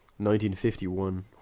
1951